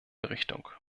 richtung